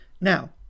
Now